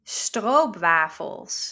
stroopwafels